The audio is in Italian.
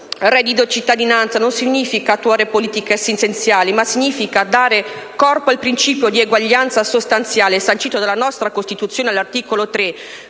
Reddito di cittadinanza, non significa attuare politiche assistenziali, ma significa dare corpo al principio di eguaglianza sostanziale, sancito nella nostra Costituzione all'articolo 3,